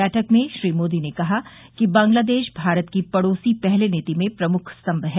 बैठक में श्री मोदी ने कहा कि बांग्लादेश भारत की पड़ोस पहले नीति में प्रमुख स्तम्म है